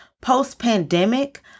post-pandemic